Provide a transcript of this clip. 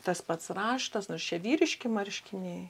tas pats raštas nors čia vyriški marškiniai